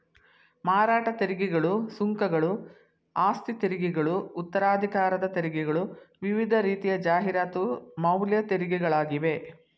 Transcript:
ಮಾರಾಟ ತೆರಿಗೆಗಳು, ಸುಂಕಗಳು, ಆಸ್ತಿತೆರಿಗೆಗಳು ಉತ್ತರಾಧಿಕಾರ ತೆರಿಗೆಗಳು ವಿವಿಧ ರೀತಿಯ ಜಾಹೀರಾತು ಮೌಲ್ಯ ತೆರಿಗೆಗಳಾಗಿವೆ